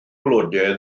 blodau